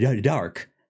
Dark